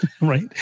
Right